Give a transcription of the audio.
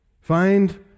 Find